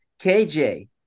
KJ